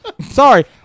Sorry